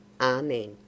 Amen